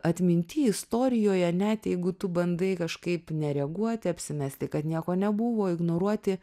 atminty istorijoje net jeigu tu bandai kažkaip nereaguoti apsimesti kad nieko nebuvo ignoruoti